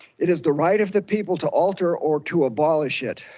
it is the right of the people to alter or to abolish it